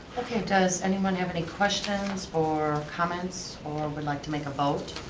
okay, does anyone have any questions, or comments, or would like to make a vote?